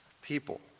people